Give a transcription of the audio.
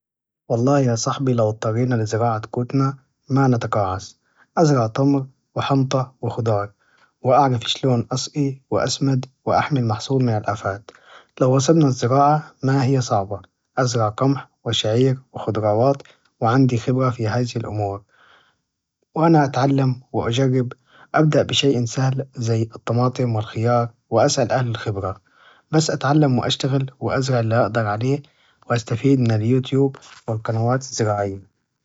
والله يا صاحبي، لو اضطرنا لزراعة قوتنا ما نتقاعس، أزرع تمر و حنطة و خضار، وأعرف اشلون أسقي وأسمد وأحمي المحصول من الأفات، لو وصفنا الزراعة ما هي صعبة أزرع قمح وشعير و خضروات، وعندي خبرة في هازي الأمور وأنا أتعلم وأجرب أبدأ بشيء سهل زي الطماطم والخيار، وأسأل أهل الخبرة، بس أتعلم وأشتغل وأزرع إللي أقدر عليه وأستفيد من اليوتيوب والقنوات الزراعية.